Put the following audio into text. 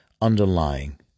underlying